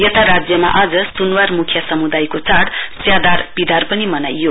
यता राज्यमा आज सुनवार मुखिया समुदयको चाढ़ स्यादार पिदार पनि मनाइयो